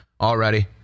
already